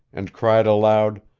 and cried aloud